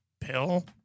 pill